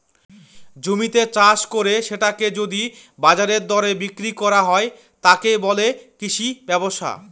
জমিতে চাষ করে সেটাকে যদি বাজারের দরে বিক্রি করা হয়, তাকে বলে কৃষি ব্যবসা